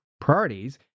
priorities